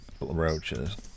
roaches